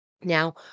Now